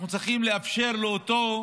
אנחנו צריכים לאפשר לאותו